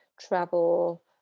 travel